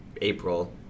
April